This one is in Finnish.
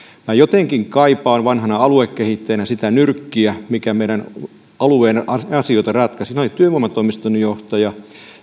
minä jotenkin kaipaan vanhana aluekehittäjänä sitä nyrkkiä mikä meidän alueen asioita ratkaisi siinä olivat työvoimatoimiston johtaja